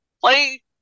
play